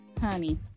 honey